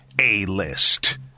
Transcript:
A-List